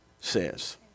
says